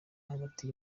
hagati